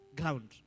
ground